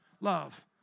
love